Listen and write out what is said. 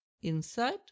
Inside